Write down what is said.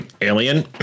alien